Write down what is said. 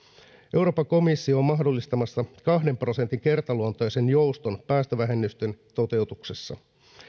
euroopan komissio on mahdollistamassa kahden prosentin kertaluonteisen jouston päästövähennysten toteutuksessa